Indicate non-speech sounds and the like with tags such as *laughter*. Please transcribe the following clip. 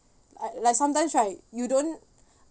uh like sometimes right you don't *breath*